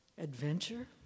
Adventure